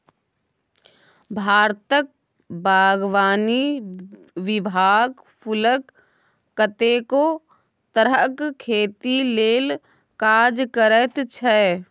भारतक बागवानी विभाग फुलक कतेको तरहक खेती लेल काज करैत छै